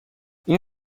این